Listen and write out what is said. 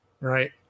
right